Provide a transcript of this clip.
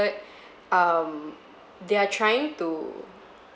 um they're trying to